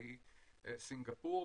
והיא סינגפור.